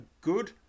good